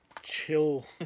Chill